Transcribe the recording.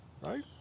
Right